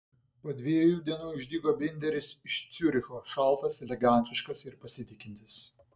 po dviejų dienų išdygo binderis iš ciuricho šaltas elegantiškas ir pasitikintis